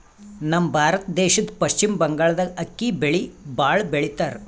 ನಮ್ ಭಾರತ ದೇಶದ್ದ್ ಪಶ್ಚಿಮ್ ಬಂಗಾಳ್ದಾಗ್ ಅಕ್ಕಿ ಬೆಳಿ ಭಾಳ್ ಬೆಳಿತಾರ್